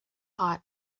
hot